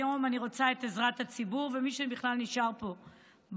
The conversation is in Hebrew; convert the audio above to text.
היום אני רוצה את עזרת הציבור ושל מי שבכלל נשאר פה באולם.